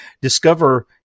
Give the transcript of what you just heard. Discover